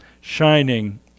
shining